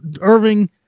Irving